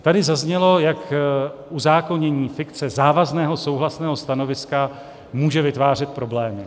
Tady zaznělo, jak uzákonění fikce závazného souhlasného stanoviska může vytvářet problémy.